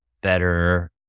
better